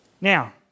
Now